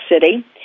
City